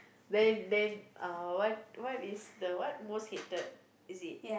then then uh what what is the what most hated is it